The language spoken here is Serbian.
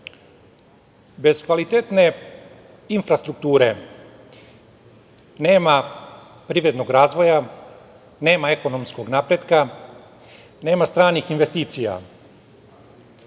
kvalitetne infrastrukture nema privrednog razvoja, nema ekonomskog napretka, nema stranih investicija.